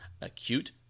acute